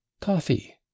coffee